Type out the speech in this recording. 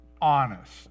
honest